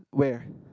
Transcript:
where